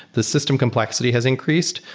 the system complexity has increased.